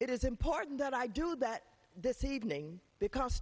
it is important that i do that this evening because